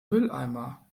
mülleimer